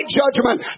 judgment